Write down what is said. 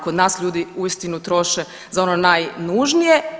Kod nas ljudi uistinu troše za ono najnužnije.